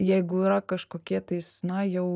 jeigu yra kažkokie tais na jau